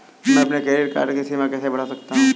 मैं अपने credit card की सीमा कैसे बढ़ा सकता हूँ?